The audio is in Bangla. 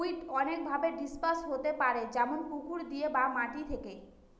উইড অনেকভাবে ডিসপার্স হতে পারে যেমন পুকুর দিয়ে বা মাটি থেকে